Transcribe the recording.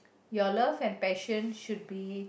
your love and passion should be